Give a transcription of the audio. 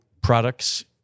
products